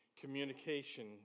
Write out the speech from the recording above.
communication